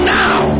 now